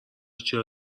چیا